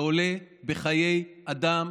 שעולה בחיי אדם,